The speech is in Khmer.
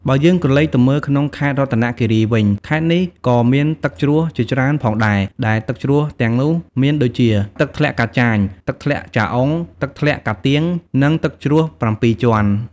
បើយើងក្រឡេកទៅមើលក្នុងខេត្តរតនគិរីវិញ ខេត្តនេះក៏មានទឹកជ្រោះជាច្រើនផងដែរ ដែលទឹកជ្រោះទាំងនោះមានដូចជា ទឹកធ្លាក់កាចាញ ទឹកធ្លាក់ចាអ៊ុង ទឹកជ្រោះកាទៀង និងទឹកជ្រោះ៧ជាន់។